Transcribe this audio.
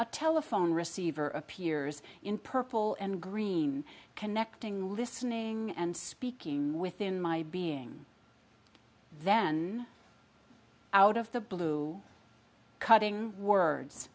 a telephone receiver appears in purple and green connecting listening and speaking within my being then out of the blue cutting words